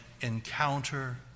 encounter